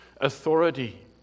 authority